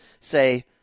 say